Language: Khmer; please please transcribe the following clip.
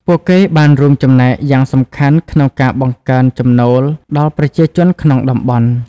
ពួកគេបានរួមចំណែកយ៉ាងសំខាន់ក្នុងការបង្កើនចំណូល ដល់ប្រជាជនក្នុងតំបន់។